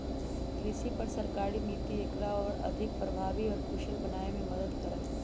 कृषि पर सरकारी नीति एकरा और अधिक प्रभावी और कुशल बनावे में मदद करा हई